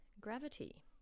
Gravity